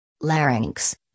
Larynx